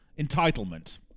entitlement